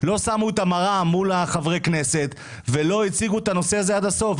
לא שמו את המראה מול חברי הכנסת ולא הציגו את הנושא הזה עד הסוף.